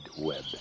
Web